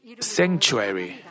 sanctuary